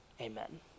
amen